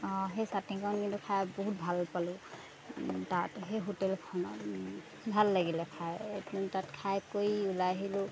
অঁ সেই চাটনিকণ কিন্তু খাই বহুত ভাল পালোঁ তাত সেই হোটেলখনত ভাল লাগিলে খাই তাত খাই কৰি ওলাই আহিলোঁ